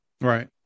Right